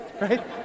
right